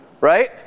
right